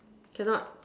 cannot